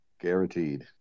Guaranteed